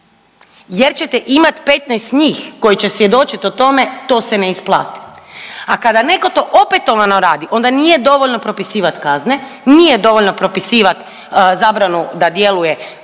jer ćete imati 15 njih koji će svjedočit o tome to se ne isplati. A kad neko to opetovano radi onda nije dovoljno propisivat kazne, nije dovoljno propisivat zabranu da djeluje 10